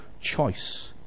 choice